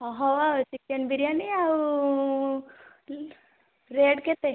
ହଉ ଆଉ ଚିକେନ ବିରିୟାନି ଆଉ ରେଟ୍ କେତେ